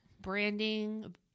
branding